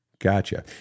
Gotcha